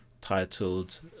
titled